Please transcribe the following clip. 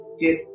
get